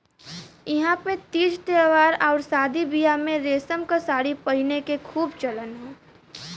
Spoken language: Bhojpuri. इहां पे तीज त्यौहार आउर शादी बियाह में रेशम क सारी पहिने क खूब चलन हौ